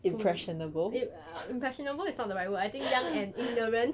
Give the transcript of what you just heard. oo i~ impressionable is not the right word I think young and ignorant